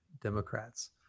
Democrats